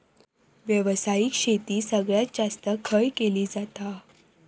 व्यावसायिक शेती सगळ्यात जास्त खय केली जाता?